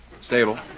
Stable